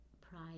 pride